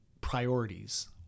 priorities